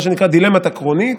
מה שנקרא "דילמת הקרונית":